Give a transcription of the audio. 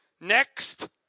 Next